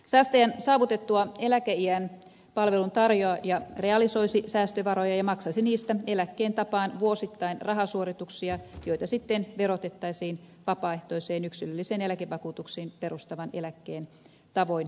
säästäjän saavutettua eläkeiän palveluntarjoaja realisoisi säästövaroja ja maksaisi niistä eläkkeen tapaan vuosittain rahasuorituksia joita sitten verotettaisiin vapaaehtoiseen yksilölliseen eläkevakuutukseen perustuvan eläkkeen tavoin pääomatulona